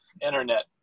internet